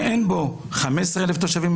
שאין בו 15,000 תושבים,